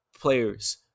players